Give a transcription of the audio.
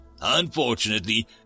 Unfortunately